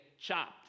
chopped